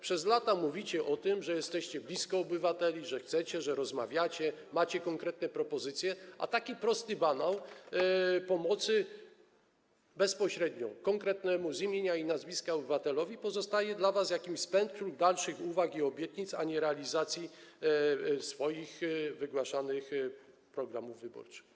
Przez lata mówicie o tym, że jesteście blisko obywateli, że chcecie, że rozmawiacie, macie konkretne propozycje, a taki prosty banał pomocy bezpośrednio konkretnemu, wymienionemu z imienia i nazwiska obywatelowi pozostaje dla was jakimś spektrum dalszych uwag i obietnic, a nie realizacji swoich wygłaszanych programów wyborczych.